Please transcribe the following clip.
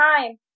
time